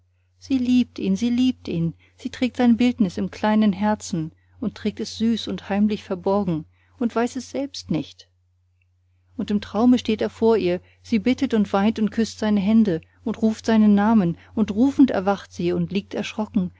sie liebt ihn sie liebt ihn sie trägt sein bildnis im kleinen herzen und trägt es süß und heimlich verborgen und weiß es selbst nicht aber im traume steht er vor ihr sie bittet und weint und küßt seine hände und ruft seinen namen und rufend erwacht sie und liegt erschrocken